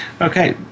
Okay